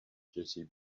jessie